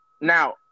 Now